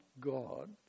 God